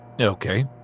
okay